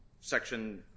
Section